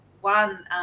one